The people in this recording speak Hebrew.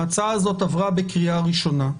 ההצעה הזאת עברה בקריאה ראשונה,